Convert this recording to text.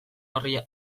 horri